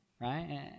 right